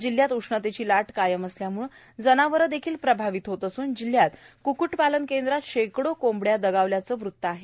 जिल्हयात उष्णतेची लाट कायम असल्यामुळं जनावरदेखील प्रभावीत होत असून जिल्हयात कुकुटपालन केंद्रात शेकडो कोंबडया दगावल्याचं वृत्त आहे